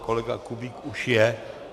Kolega Kubík už je.